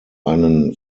einen